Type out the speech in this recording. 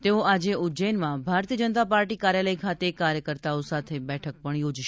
તેઓ આજે ઉજજૈનમાં ભારતીય જનતા પાર્ટી કાર્યાલય ખાતે કાર્યકર્તાઓ સાથે બેઠક યોજશે